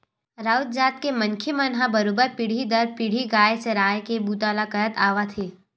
राउत जात के मनखे मन ह बरोबर पीढ़ी दर पीढ़ी गाय चराए के बूता ल करत आवत हे